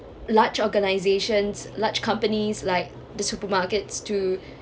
large organizations large companies like the supermarkets to